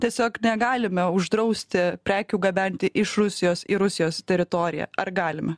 tiesiog negalime uždrausti prekių gabenti iš rusijos į rusijos teritoriją ar galime